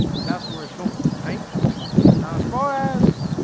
that's where it's going right now as far as